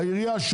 העירייה,